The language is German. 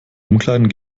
umkleiden